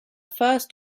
first